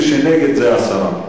מי שנגד זה הסרה.